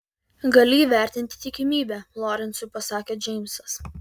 gali įvertinti tikimybę lorencui pasakė džeimsas